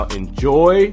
enjoy